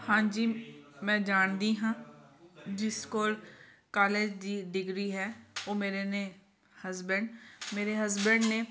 ਹਾਂਜੀ ਮੈਂ ਜਾਣਦੀ ਹਾਂ ਜਿਸ ਕੋਲ ਕਾਲਜ ਦੀ ਡਿਗਰੀ ਹੈ ਉਹ ਮੇਰੇ ਨੇ ਹਸਬੈਂਡ ਮੇਰੇ ਹਸਬੈਂਡ ਨੇ